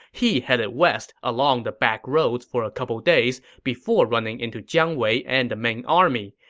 he headed west along the backroads for a couple days before running into jiang wei and the main army.